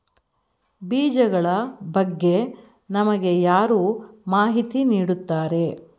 ಬೀಜಗಳ ಬಗ್ಗೆ ನಮಗೆ ಯಾರು ಮಾಹಿತಿ ನೀಡುತ್ತಾರೆ?